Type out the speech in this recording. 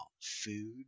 food